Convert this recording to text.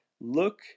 look